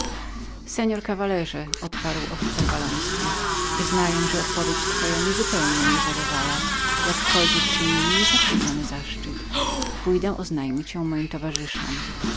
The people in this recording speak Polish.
seor caballero odparł officer walloński wyznaję że odpowiedź waszej miłości nie zupełnie mnie zadowalnia jakkolwiek czyni mi niezaprzeczony zaszczyt pójdę oznajmić ją moim towarzyszom